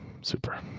Super